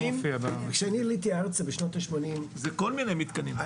כשאני עליתי ארצה בשנות ה-80 היה מיזם